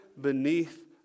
beneath